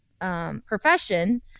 profession